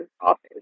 office